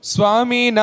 Swami